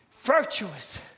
virtuous